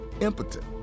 impotent